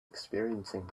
experiencing